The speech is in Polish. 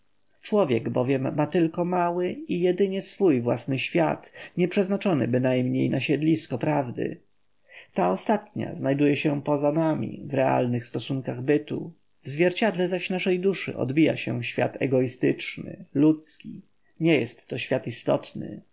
człowiek bowiem ma tylko mały i jedynie swój własny świat nieprzeznaczony bynajmniej na siedlisko prawdy ta ostatnia znajduje się po za nami w realnych stosunkach bytu w zwierciadle zaś naszej duszy odbija się świat egoistyczny ludzki nie jest to świat istotny